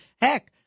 heck